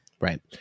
Right